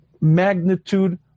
magnitude